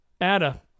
Ada